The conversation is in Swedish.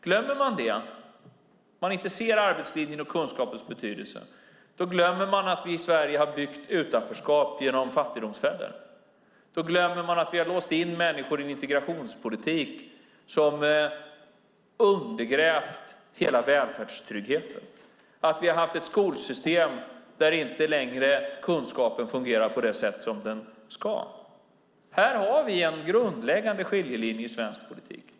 Glömmer man det, om man inte ser arbetslinjens och kunskapens betydelse, glömmer man att vi i Sverige har byggt utanförskap genom fattigdomsfällor. Då glömmer man att vi har låst in människor i en integrationspolitik som undergrävt hela välfärdstryggheten, att vi har haft ett skolsystem där kunskapen inte längre fungerar på det sätt som den ska. Här har vi en grundläggande skiljelinje i svensk politik.